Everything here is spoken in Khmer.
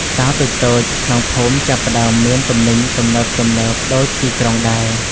ផ្សារតូចៗក្នុងភូមិចាប់ផ្ដើមមានទំនិញទំនើបៗដូចទីក្រុងដែរ។